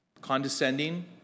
condescending